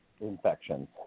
infections